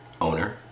owner